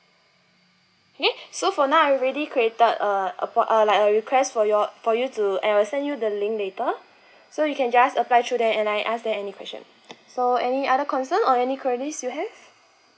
okay so for now I already created a a port~ a like a request for your for you to I'll send you the link later so you can just apply through there and I ask there any question so any other concern or any queries you have